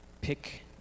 Pick